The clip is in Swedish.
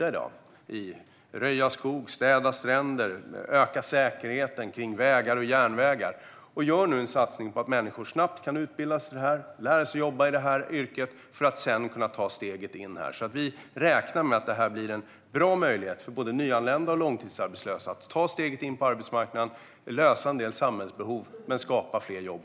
Det handlar om att röja skog, städa stränder och att öka säkerheten kring vägar och järnvägar. Nu gör vi en satsning på att människor ska kunna utbildas snabbt i det här och lära sig jobba i ett sådant yrke för att sedan kunna ta steget in. Vi räknar med att det blir en bra möjlighet för både nyanlända och långtidsarbetslösa att ta steget in på arbetsmarknaden och en möjlighet att lösa en del samhällsbehov och på samma gång skapa fler jobb.